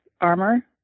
armor